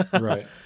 Right